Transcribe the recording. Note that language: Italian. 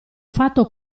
fatto